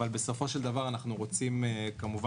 אבל בסופו של דבר אנחנו רוצים כמובן